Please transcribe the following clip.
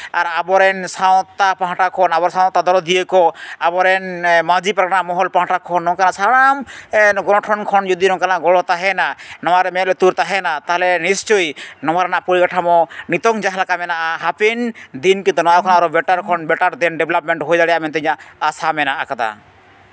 ᱟᱨ ᱟᱵᱚᱨᱮᱱ ᱥᱟᱶᱛᱟ ᱯᱟᱦᱴᱟ ᱠᱷᱚᱱ ᱟᱵᱚ ᱨᱮᱱ ᱥᱟᱶᱛᱟ ᱫᱚᱨᱚᱫᱤᱭᱟᱹ ᱠᱚ ᱟᱵᱚ ᱨᱮᱱ ᱢᱟᱹᱡᱷᱤ ᱯᱟᱨᱜᱟᱱᱟ ᱢᱚᱦᱚᱞ ᱯᱟᱦᱴᱟ ᱠᱷᱚᱱ ᱱᱚᱝᱠᱟᱱᱟᱜ ᱥᱟᱱᱟᱢ ᱥᱟᱱᱟᱢ ᱥᱚᱝᱜᱚᱴᱷᱚᱱ ᱠᱷᱚᱱ ᱡᱩᱫᱤ ᱱᱚᱝᱠᱟᱱᱟᱜ ᱜᱚᱲᱚ ᱛᱟᱦᱮᱱᱟ ᱱᱚᱣᱟᱨᱮ ᱢᱮᱫ ᱞᱩᱛᱩᱨ ᱛᱟᱦᱮᱱᱟ ᱛᱟᱦᱞᱮ ᱱᱤᱥᱪᱳᱭ ᱱᱚᱣᱟ ᱨᱮᱱᱟᱜ ᱯᱚᱨᱤ ᱠᱟᱴᱷᱟᱢᱳ ᱱᱤᱛᱚᱝ ᱡᱟᱦᱟᱸ ᱞᱮᱠᱟ ᱢᱮᱱᱟᱜᱼᱟ ᱦᱟᱯᱮᱱ ᱫᱤᱱ ᱫᱤᱱ ᱠᱤᱱᱛᱩ ᱱᱚᱣᱟ ᱠᱷᱚᱱᱟᱜ ᱟᱨᱚ ᱵᱮᱴᱟᱨ ᱠᱷᱚᱱ ᱵᱮᱴᱟᱨ ᱫᱮᱱ ᱰᱮᱵᱷᱞᱚᱯᱢᱮᱱᱴ ᱦᱩᱭ ᱫᱟᱲᱮᱭᱟᱜᱼᱟ ᱢᱮᱱᱛᱮ ᱤᱧᱟᱹᱜ ᱟᱥᱟ ᱢᱮᱱᱟᱜ ᱟᱠᱟᱫᱟ